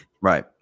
Right